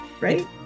right